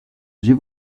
j’ai